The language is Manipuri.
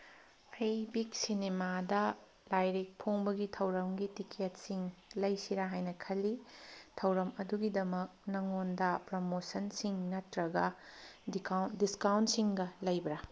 ꯑꯩ ꯕꯤꯛ ꯁꯤꯅꯤꯃꯥꯗ ꯂꯥꯏꯔꯤꯛ ꯐꯣꯡꯕꯒꯤ ꯊꯧꯔꯝꯒꯤ ꯇꯤꯀꯦꯠꯁꯤꯡ ꯂꯩꯁꯤꯔꯥ ꯍꯥꯏꯅ ꯈꯜꯂꯤ ꯊꯧꯔꯝ ꯑꯗꯨꯒꯤꯗꯃꯛ ꯅꯪꯉꯣꯟꯗ ꯄ꯭ꯔꯃꯣꯁꯟꯁꯤꯡ ꯅꯠꯇ꯭ꯔꯒ ꯗꯤꯁꯀꯥꯎꯟꯁꯤꯡꯒ ꯂꯩꯕ꯭ꯔꯥ